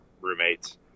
roommates